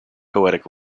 poetic